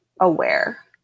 aware